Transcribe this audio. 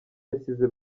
yasize